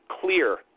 Clear